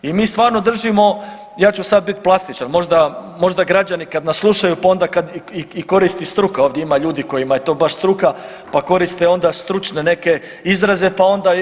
I mi stvarno držimo, ja ću sad biti plastičan, možda građani kad nas slušaju pa onda kad i koristi struka, ovdje ima ljudi kojima je to baš struka, pa koriste onda stručne neke izraze, pa onda.